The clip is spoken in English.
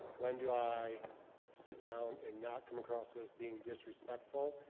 when do i sit down and not come across as being disrespectful,